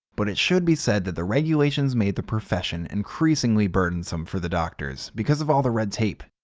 but it should be said that the regulations made the profession increasingly burdensome for the doctors because of all the red tape.